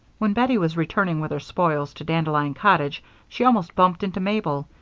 when bettie was returning with her spoils to dandelion cottage she almost bumped into mabel,